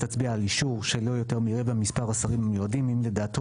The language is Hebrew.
תצביע על אישור של לא יותר מרבע ממספר השרים המיועדים אם לדעתו